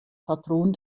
patron